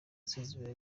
sezibera